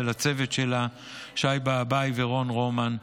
ולצוות שלה שי באבאי ורון רומן,